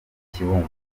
ikibumbano